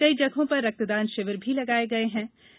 कई जगहों पर रक्तदान शिविर भी लगाये जायेंगे